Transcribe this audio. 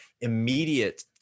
immediate